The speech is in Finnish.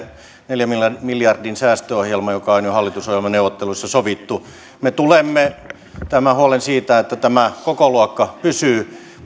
neljän miljardin säästöohjelma joka on jo hallitusohjelmaneuvotteluissa sovittu me tulemme pitämään huolen siitä että tämä kokoluokka pysyy